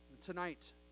Tonight